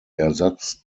ersatz